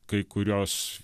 kai kurios